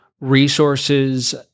Resources